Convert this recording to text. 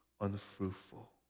unfruitful